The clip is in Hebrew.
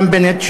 גם בנט,